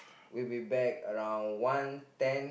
we will be back around one ten